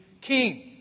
king